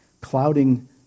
clouding